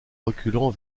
reculant